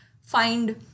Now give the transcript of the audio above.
find